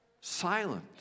silent